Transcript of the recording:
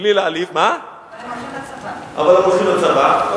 בלי להעליב, אבל הם הולכים לצבא.